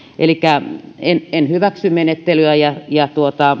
elikkä en en hyväksy menettelyä ja ja